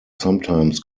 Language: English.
sometimes